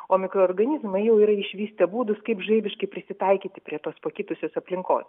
o mikroorganizmai jau yra išvystę būdus kaip žaibiškai prisitaikyti prie tos pakitusios aplinkos